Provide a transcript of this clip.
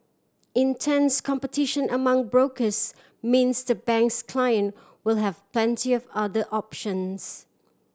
intense competition among brokers means the bank's client will have plenty of other options